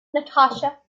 natasha